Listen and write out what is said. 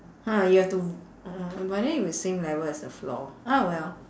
!huh! you have to orh but then it will same level as the floor ah well